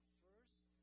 first